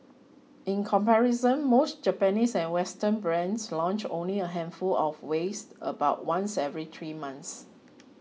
in comparison most Japanese and Western brands launch only a handful of wares about once every three months